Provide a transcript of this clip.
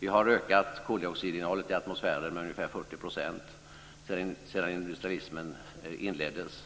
Vi har ökat koldioxidinnehållet i atmosfären med ungefär 40 % sedan industrialismen inleddes.